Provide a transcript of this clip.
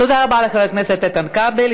תודה רבה לחבר הכנסת איתן כבל,